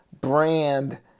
brand